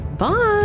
Bye